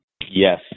Yes